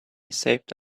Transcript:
saved